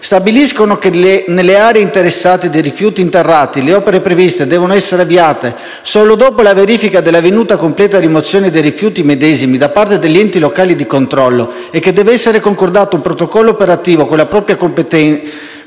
stabilito che «nelle aree interessate dei rifiuti interrati, le opere previste devono essere avviate solo dopo la verifica dell'avvenuta completa rimozione dei rifiuti medesimi da parte degli enti locali di controllo» e che «deve essere concordato un protocollo operativo con la Provincia competente